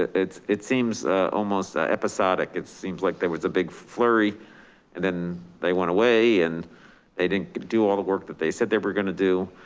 it it seems almost episodic. it seems like there was a big flurry and then they went away and they didn't do all the work that they said they were gonna do.